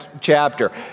chapter